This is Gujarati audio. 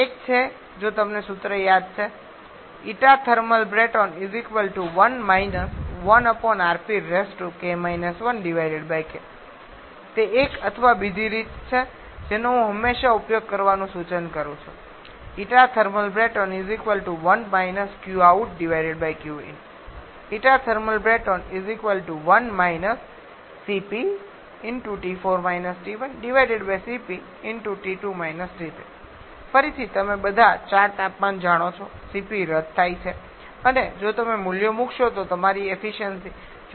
એક છે જો તમને સૂત્ર યાદ છે તે એક અથવા બીજી રીત છે જેનો હું હંમેશા ઉપયોગ કરવાનું સૂચન કરું છું ફરીથી તમે બધા ચાર તાપમાન જાણો છો cp રદ થાય છે અને જો તમે મૂલ્યો મૂકશો તો તમારી એફિસયન્સિ 44